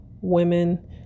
women